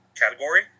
category